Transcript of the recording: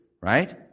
Right